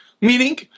Meaning